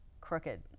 crooked